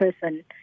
person